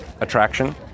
attraction